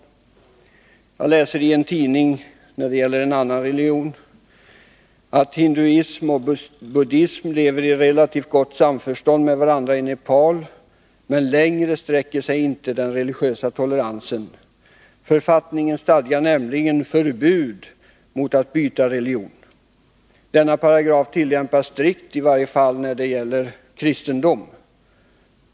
Jag läser i en tidning att hinduism och buddhism lever i relativt gott samförstånd med varandra i Nepal, men längre sträcker sig inte den religiösa toleransen. Författningen stadgar nämligen förbud mot att byta religion. Denna paragraf tillämpas strikt, i varje fall när det gäller kristendomen.